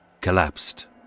collapsed